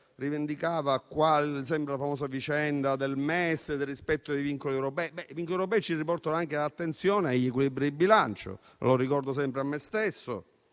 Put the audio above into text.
rivendicasse la famosa vicenda del MES e del rispetto dei vincoli europei. Ebbene, i vincoli europei ci riportano anche all'attenzione agli equilibri di bilancio, come ricordo sempre a me stesso.